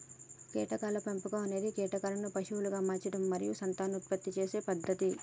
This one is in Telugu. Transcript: కీటకాల పెంపకం అనేది కీటకాలను పశువులుగా పెంచడం మరియు సంతానోత్పత్తి చేసే పద్ధతి